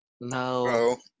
No